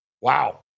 Wow